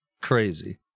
crazy